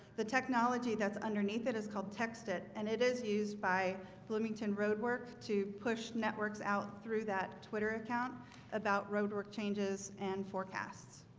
the technology that's underneath it is called text it and it is used used by bloomington road work to push networks out through that twitter account about roadwork changes and forecasts